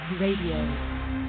Radio